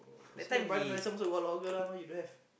see your brother not handsome also got a lot of girl [one] why you don't have